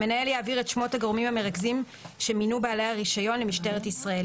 המנהל יעביר את שמות הגורמים המרכזים שמינו בעלי הרישיון למשטרת ישראל,